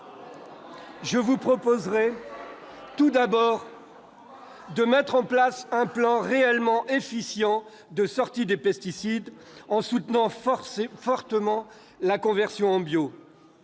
je proposerais : de mettre en place un plan réellement efficient de sortie des pesticides en soutenant fortement la conversion en bio